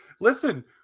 Listen